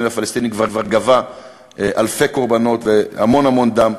לפלסטינים כבר גבה אלפי קורבנות והמון המון דם.